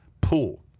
pool